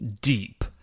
deep